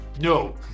no